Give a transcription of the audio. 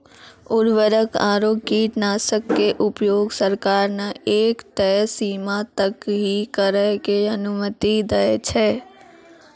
उर्वरक आरो कीटनाशक के उपयोग सरकार न एक तय सीमा तक हीं करै के अनुमति दै छै